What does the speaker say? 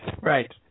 Right